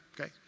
okay